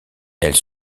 elles